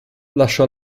lasciò